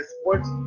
sports